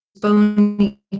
bony